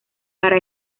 para